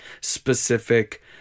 specific